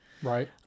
Right